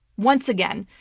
once again.